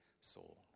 soul